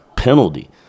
penalty